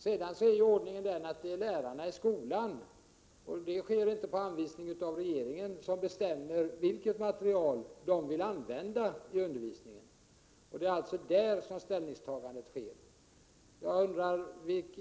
Sedan är ju ordningen den att det är lärarna i skolan som bestämmer — och det sker inte på anvisning av regeringen — vilket material de skall använda i undervisningen. Det är alltså där som ställningstagandet sker.